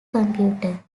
computer